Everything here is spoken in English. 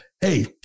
hey